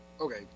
Okay